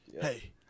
Hey